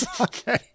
Okay